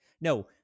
no